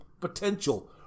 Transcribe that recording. potential